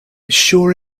sure